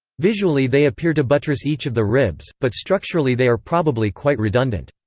visually they appear to buttress each of the ribs, but structurally they are probably quite redundant.